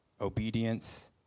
obedience